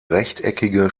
rechteckige